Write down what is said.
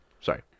Sorry